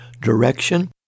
direction